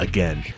Again